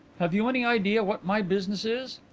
have you any idea what my business is?